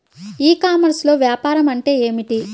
ఈ కామర్స్లో వ్యాపారం అంటే ఏమిటి?